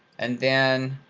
and then,